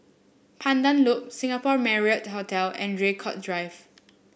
Pandan Loop Singapore Marriott Hotel and Draycott Drive